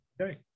Okay